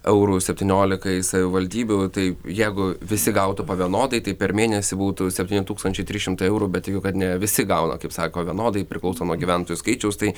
eurų septyniolikai savivaldybių tai jeigu visi gautų po vienodai tai per mėnesį būtų septyni tūkstančiai tris šimtai eurų bet tikiu kad ne visi gauna kaip sako vienodai priklauso nuo gyventojų skaičiaus tai